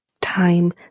time